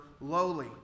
lowly